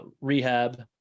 rehab